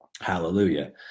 Hallelujah